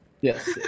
Yes